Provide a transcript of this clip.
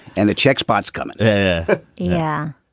and the check spots come in yeah.